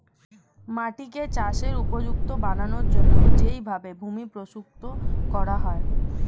মাটিকে চাষের উপযুক্ত বানানোর জন্যে যেই ভাবে ভূমি প্রস্তুত করা হয়